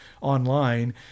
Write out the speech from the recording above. online